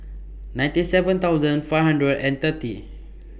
ninety seven thousand five hundred and thirty